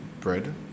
bread